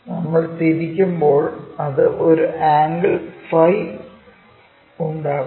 നമ്മൾ തിരിക്കുമ്പോൾ അത് ഒരു ആംഗിൾ 𝝫 ഉണ്ടാക്കുന്നു